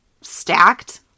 stacked